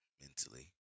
mentally